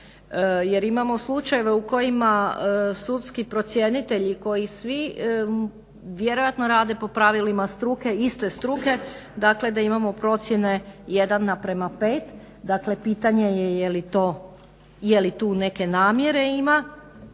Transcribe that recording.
jer imamo slučajeve u kojima sudski procjenitelji koji svi vjerojatno rade po pravilima struke, iste struke, dakle da imamo procjene 1:5, dakle pitanje je li to, je li tu neke namjere ima,